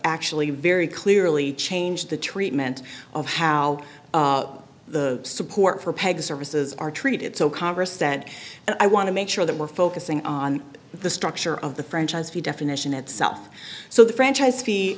actually very clearly change the treatment of how the support for peg services are treated so congress that i want to make sure that we're focusing on the structure of the franchise fee definition itself so the franchise fee